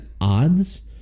odds